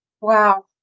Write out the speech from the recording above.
Wow